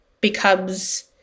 becomes